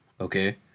Okay